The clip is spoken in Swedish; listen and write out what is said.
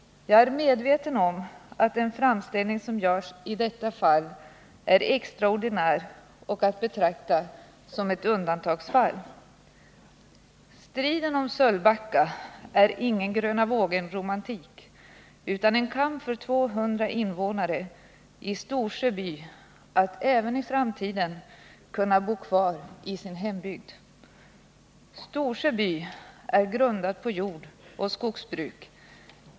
Jag är medveten om att den framställning som görs i detta fall är extraordinär och är att betrakta som ett undantagsfall. Striden om Sölvbacka är ingen gröna-vågen-romantik utan en kämp för 200 innevånare i Storsjö by för att även i framtiden kunna bo kvar i sin hembygd. Storsjö by är grundad på jordoch skogsbruk.